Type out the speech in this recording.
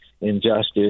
injustice